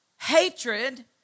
hatred